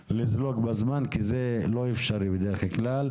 להמשיך את הדיון כי זה בדרך כלל לא מתאפשר.